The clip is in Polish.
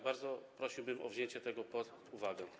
Bardzo prosiłbym o wzięcie tego pod uwagę.